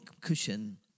cushion